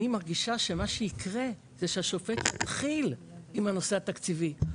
אני מרגישה שמה שיקרה זה שהשופט יתחיל עם הנושא התקציבי.